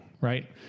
right